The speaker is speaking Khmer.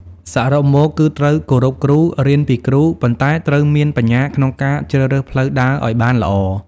សរុបមក គឺត្រូវគោរពគ្រូ រៀនពីគ្រូ ប៉ុន្តែត្រូវមានបញ្ញាក្នុងការជ្រើសរើសផ្លូវដើរឱ្យបានល្អ។